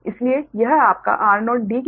इसलिए यह आपका r0d12 है